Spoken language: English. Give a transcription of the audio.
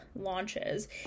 launches